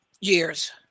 years